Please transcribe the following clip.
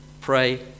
pray